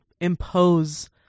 impose